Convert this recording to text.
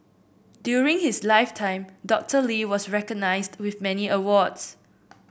during his lifetime Doctor Lee was recognised with many awards